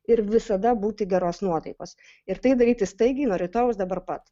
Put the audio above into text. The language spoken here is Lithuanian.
ir visada būti geros nuotaikos ir tai daryti staigiai nuo rytojaus dabar pat